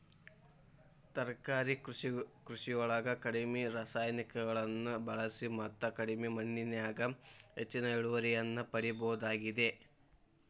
ತರಕಾರಿ ಕೃಷಿಯೊಳಗ ಕಡಿಮಿ ರಾಸಾಯನಿಕಗಳನ್ನ ಬಳಿಸಿ ಮತ್ತ ಕಡಿಮಿ ಮಣ್ಣಿನ್ಯಾಗ ಹೆಚ್ಚಿನ ಇಳುವರಿಯನ್ನ ಪಡಿಬೋದಾಗೇತಿ